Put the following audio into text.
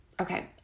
Okay